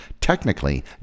technically